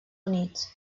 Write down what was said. units